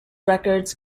records